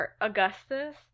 Augustus